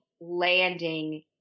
landing